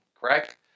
correct